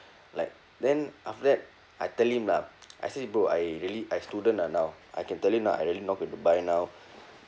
like then after that I tell him lah I say bro I really I student ah now I can tell you now I really not going to buy now